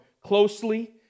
closely